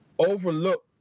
Overlook